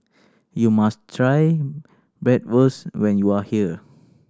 you must try Bratwurst when you are here